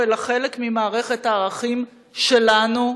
אלא חלק ממערכת הערכים שלנו.